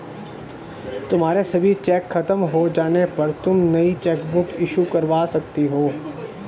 तुम्हारे सभी चेक खत्म हो जाने पर तुम नई चेकबुक इशू करवा सकती हो